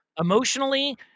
emotionally